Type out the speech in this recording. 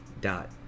dot